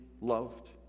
loved